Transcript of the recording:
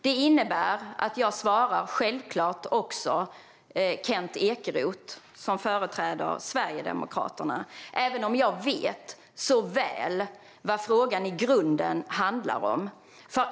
Detta innebär att jag självklart också svarar Kent Ekeroth, som företräder Sverigedemokraterna, även om jag så väl vet vad frågan i grunden handlar om.